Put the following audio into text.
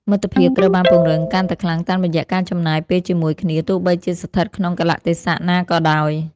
មិត្តភាពត្រូវបានពង្រឹងកាន់តែខ្លាំងតាមរយៈការចំណាយពេលជាមួយគ្នាទោះបីជាស្ថិតក្នុងកាលៈទេសៈណាក៏ដោយ។